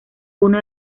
uno